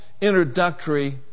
introductory